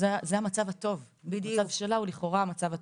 זה המצב הטוב, המצב שלה הוא לכאורה "המצב הטוב".